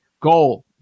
goal